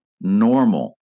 normal